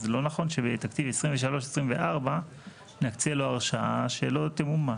לא נכון שבתקציב 2024-2023 נקצה לו הרשאה שלא תמומש.